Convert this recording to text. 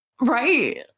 right